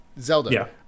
Zelda